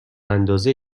اندازه